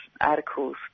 articles